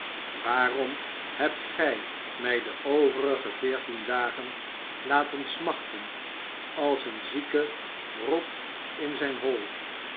waarom hebt gij mij de overige veertien dagen laten smachten als een zieke rot in zijn hol